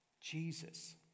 Jesus